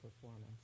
performance